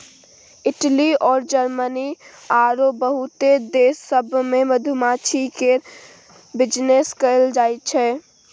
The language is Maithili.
इटली अउर जरमनी आरो बहुते देश सब मे मधुमाछी केर बिजनेस कएल जाइ छै